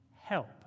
help